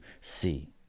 see